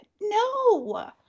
no